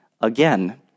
again